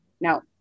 Now